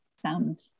Sound